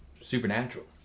supernatural